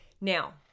Now